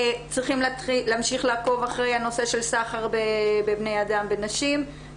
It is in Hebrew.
צריכים להמשיך לעקוב אחרי הנושא של סחר בבני אדם בנשים,